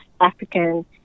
African